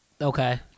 Okay